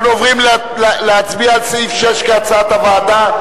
אנחנו עוברים להצביע על סעיף 6 כהצעת הוועדה.